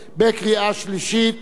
מי בעד, מי נגד, מי נמנע,